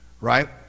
Right